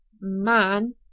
Man